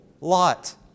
Lot